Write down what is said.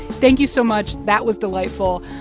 thank you so much. that was delightful.